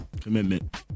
Commitment